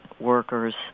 workers